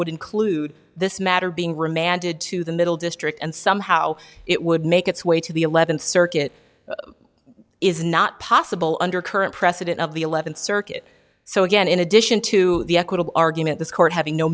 would include this matter being remanded to the middle district and somehow it would make its way to the eleventh circuit is not possible under current precedent of the eleventh circuit so again in addition to the equitable argument this court having no